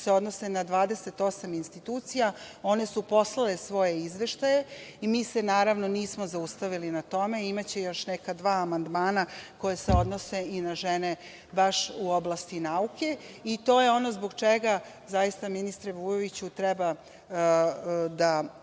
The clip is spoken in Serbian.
se odnose na 28 institucija. One su poslale svoje izveštaje i mi se, naravno, nismo zaustavili na tome, imaće još neka dva amandmana koja se odnose i na žene baš u oblasti nauke. To je ono zbog čega zaista, ministre Vujoviću, treba da